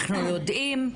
אנחנו יודעים,